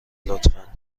لطفا